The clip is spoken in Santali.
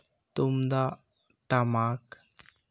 ᱛᱩᱢᱫᱟᱜ ᱴᱟᱢᱟᱠ